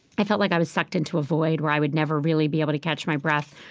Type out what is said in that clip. i felt like i was sucked into a void where i would never really be able to catch my breath.